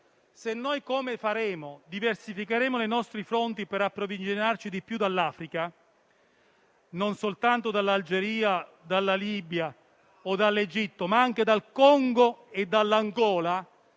se, come faremo, diversificheremo le fonti per approvvigionarci di più dall'Africa - non soltanto dall'Algeria, dalla Libia o dall'Egitto, ma anche dal Congo e dall'Angola